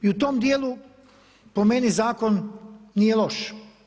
I u tom dijelu po meni zakon nije loš.